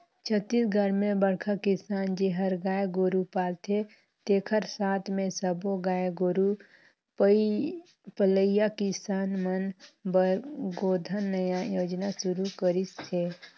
छत्तीसगढ़ में बड़खा किसान जेहर गाय गोरू पालथे तेखर साथ मे सब्बो गाय गोरू पलइया किसान मन बर गोधन न्याय योजना सुरू करिस हे